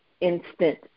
instant